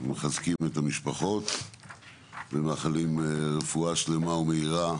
מחזקים את המשפחות ומאחלים רפואה שלמה ומהירה